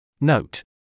Note